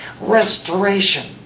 restoration